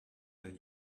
that